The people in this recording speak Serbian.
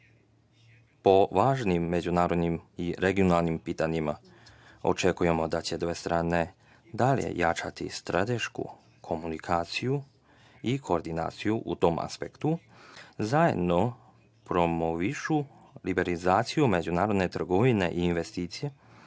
po važnim međunarodnim i regionalnim pitanjima. Očekujemo da će dve strane dalje jačati stratešku komunikaciju i koordinaciju u tom aspektu. Zajedno promovišu liberalizaciju međunarodne trgovine i investicija.